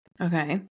Okay